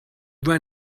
ran